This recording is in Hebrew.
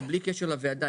בלי קשר לוועדה,